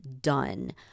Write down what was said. done